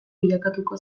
bilakatuko